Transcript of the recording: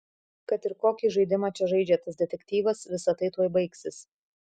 kad ir kokį žaidimą čia žaidžia tas detektyvas visa tai tuoj baigsis